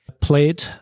played